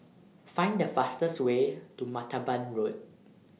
Find The fastest Way to Martaban Road